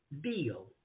Deal